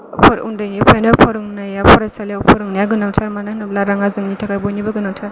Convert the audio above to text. उन्दैनिफ्रायनो फोरोंनाया फरायसालियाव फोरोंनाया गोनांथार मानो होनोब्ला राङा जोंनि थाखाय बयनिबो गोनांथार